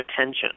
attention